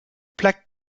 plaque